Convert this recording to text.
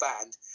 band